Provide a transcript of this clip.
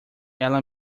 ela